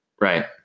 Right